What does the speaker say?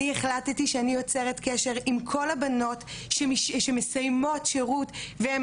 אני החלטתי שאני יוצרת קשר עם כל הבנות שמסיימות שירות והן